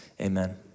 Amen